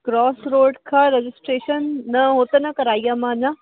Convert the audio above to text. cross road खां registration न हुओ त न कराई आहे मां अञा